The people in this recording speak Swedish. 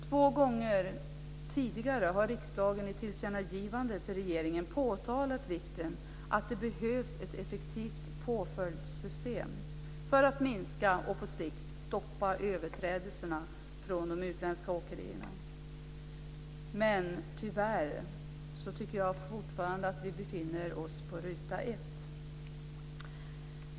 Två gånger tidigare har riksdagen i tillkännagivanden till regeringen påtalat att det behövs ett effektivt påföljdssystem för att minska och på sikt stoppa överträdelserna från de utländska åkerierna. Men tyvärr tycker jag att vi fortfarande befinner oss på ruta 1.